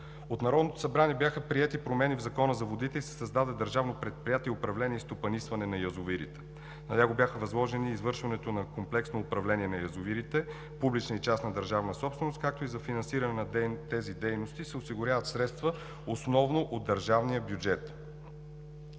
От Народното събрание бяха приети промени в Закона за водите и се създаде Държавно предприятие „Управление и стопанисване на язовирите“. На него бяха възложени извършването на комплексно управление на язовирите – публична и частна държавна собственост, както и за финансиране на тези дейности се осигуряват средства основно от държавния бюджет.